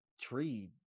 tree